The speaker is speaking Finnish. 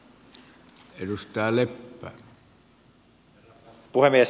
herra puhemies